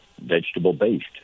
vegetable-based